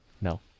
No